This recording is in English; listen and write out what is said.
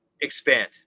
expand